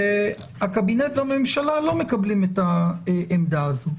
והקבינט והממשלה לא מקבלים את העמדה הזאת,